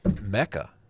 mecca